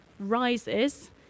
rises